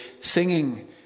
singing